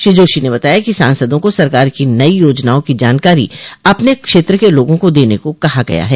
श्री जोशी ने बताया कि सांसदों को सरकार की नई योजनाओं की जानकारी अपने क्षेत्र के लोगों को देने को कहा गया है